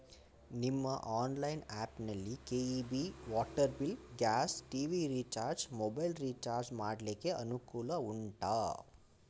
ನಿಮ್ಮ online app ನಲ್ಲಿ KEB, water bill, gas, TV recharge, mobile recharge ಮಾಡ್ಲಿಕ್ಕೆ ಅನುಕೂಲ ಉಂಟಾ